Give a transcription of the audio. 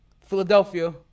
Philadelphia